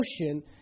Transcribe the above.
motion